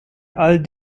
all